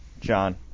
John